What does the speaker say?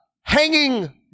hanging